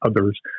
others